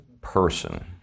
person